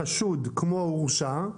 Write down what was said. חשוד כמו הורשע,